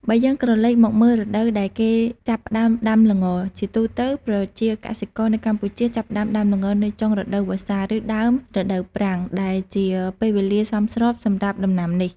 បើយើងក្រលេកមកមើលរដូវដែលគេចាប់ផ្តើមដាំល្ង ជាទូទៅ ប្រជាកសិករនៅកម្ពុជាចាប់ផ្ដើមដាំល្ងនៅចុងរដូវវស្សា ឬដើមរដូវប្រាំង ដែលជាពេលវេលាសមស្របសម្រាប់ដំណាំនេះ។